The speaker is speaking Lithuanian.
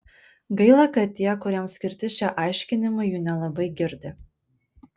gaila kad tie kuriems skirti šie aiškinimai jų nelabai girdi